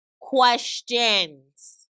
questions